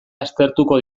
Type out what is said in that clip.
aztertuko